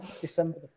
December